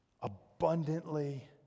abundantly